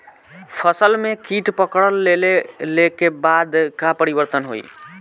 फसल में कीट पकड़ ले के बाद का परिवर्तन होई?